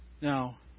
Now